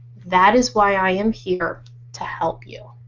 that is why i am here to help you.